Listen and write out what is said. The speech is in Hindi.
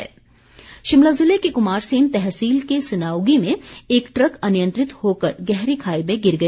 दूर्घटना शिमला जिले की कुमारसेन तहसील के सनाउगी में एक ट्रक अनियंत्रित होकर गहरी खाई में गिर गया